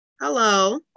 Hello